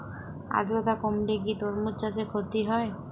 আদ্রর্তা কমলে কি তরমুজ চাষে ক্ষতি হয়?